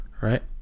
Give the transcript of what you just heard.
right